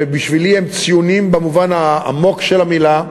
שבשבילי הם ציונים במובן העמוק של המילה.